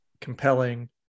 compelling